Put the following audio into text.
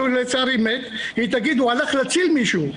היא תגיד שהוא הלך להציל מישהו.